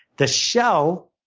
the shell